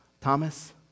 Thomas